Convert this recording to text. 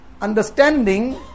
understanding